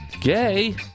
gay